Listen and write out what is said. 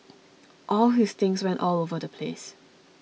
all his things went all over the place